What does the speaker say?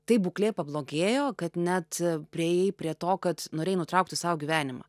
taip būklė pablogėjo kad net priėjai prie to kad norėjai nutraukti sau gyvenimą